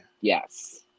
Yes